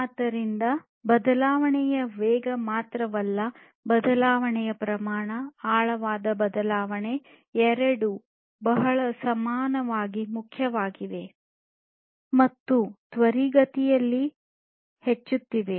ಆದ್ದರಿಂದ ಬದಲಾವಣೆಯ ವೇಗ ಮಾತ್ರವಲ್ಲ ಬದಲಾವಣೆಯ ಪ್ರಮಾಣ ಆಳವಾದ ಬದಲಾವಣೆ ಎರಡೂ ಬಹಳ ಸಮಾನವಾಗಿ ಮುಖ್ಯವಾಗಿವೆ ಮತ್ತು ತ್ವರಿತಗತಿಯಲ್ಲಿ ಹೆಚ್ಚುತ್ತಿವೆ